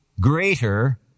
greater